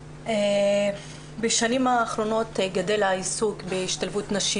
בשנים האחרונות גדל העיסוק בהשתלבות נשים